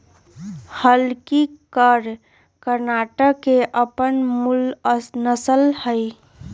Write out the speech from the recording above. हल्लीकर कर्णाटक के अप्पन मूल नसल हइ